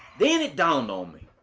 then it dawned on me.